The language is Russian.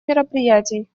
мероприятий